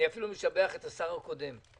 אני אפילו משבח את השר הקודם...